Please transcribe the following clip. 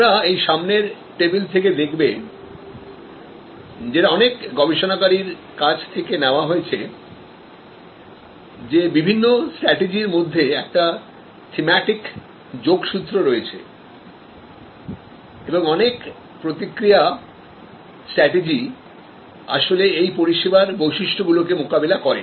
তোমরা এই সামনের টেবিল থেকে দেখবে যেটা অনেক গবেষণাকারীর কাজ থেকে নেওয়া হয়েছে যে বিভিন্ন স্ট্র্যাটেজির মধ্যে একটা থিমেটিক যোগসুত্র রয়েছেএবং অনেক প্রতিক্রিয়া স্ট্র্যাটেজি আসলে এই পরিষেবার বৈশিষ্ট্য গুলো কে মোকাবিলা করে